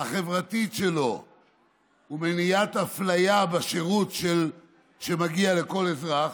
החברתית שלו ומניעת אפליה בשירות שמגיע לכל אזרח,